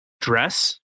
dress